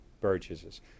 Burgesses